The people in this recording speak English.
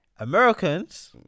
Americans